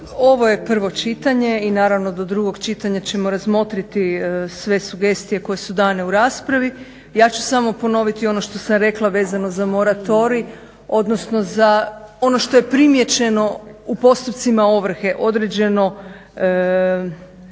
Ovo je prvo čitanje i naravno do drugog čitanja ćemo razmotriti sve sugestije koje su dane u raspravi. Ja ću samo ponoviti ono što sam rekla vezano za moratorij, odnosno za ono što je primijećeno u postupcima ovrhe, određeno